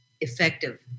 effective